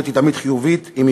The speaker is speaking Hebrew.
נו באמת, זה לא